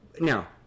now